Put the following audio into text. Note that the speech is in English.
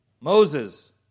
Moses